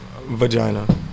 Vagina